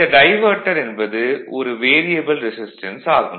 இந்த டைவர்ட்டர் என்பது ஒரு வேரியபல் ரெசிஸ்டன்ஸ் ஆகும்